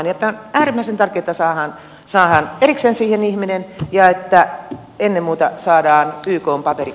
tämä on äärimmäisen tärkeätä että saadaan erikseen siihen ihminen ja että ennen muuta saadaan pilkon paperit